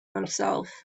himself